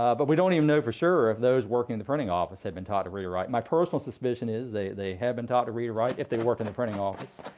ah but we don't even know for sure if those working in the printing office had been taught to read or write. my personal suspicion is they they have been taught to read or write if they worked in the printing office.